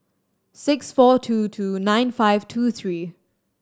six four two two nine five two three